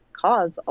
cause